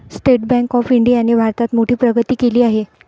state bank of इंडियाने भारतात मोठी प्रगती केली आहे